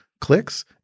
clicks